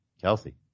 Kelsey